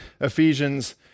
Ephesians